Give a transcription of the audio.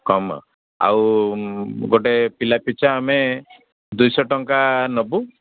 କମ ଆଉ ଗୋଟେ ପିଲା ପିଛା ଆମେ ଦୁଇଶହ ଟଙ୍କା ନବୁ